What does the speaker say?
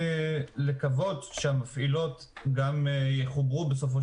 רציתי לקוות שהמפעילות גם יחוברו בסופו